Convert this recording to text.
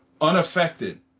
unaffected